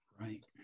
Right